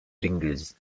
lingers